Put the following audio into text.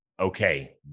okay